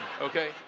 Okay